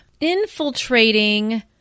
infiltrating